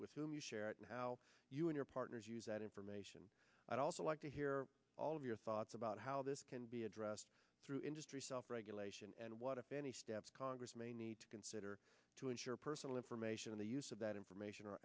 with whom you share it and how you and your partners use that information i'd also like to hear all of your thoughts about how this can be addressed through industry self regulation and what if any steps congress may need to consider to ensure personal information in the use of that information